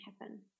happen